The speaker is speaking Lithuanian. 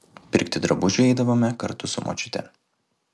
pirkti drabužių eidavome kartu su močiute